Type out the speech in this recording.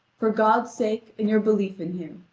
for god's sake and your belief in him,